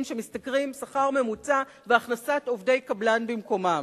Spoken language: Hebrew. שמשתכרים שכר ממוצע והכנסת עובדי קבלן במקומם.